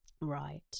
Right